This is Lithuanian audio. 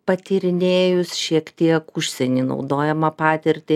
patyrinėjus šiek tiek užsieny naudojamą patirtį